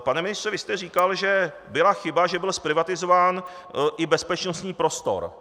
Pane ministře, vy jste říkal, že byla chyba, že byl zprivatizován i bezpečnostní prostor.